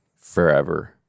forever